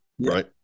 right